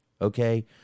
Okay